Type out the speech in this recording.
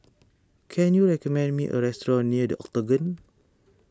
can you recommend me a restaurant near the Octagon